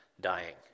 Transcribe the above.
dying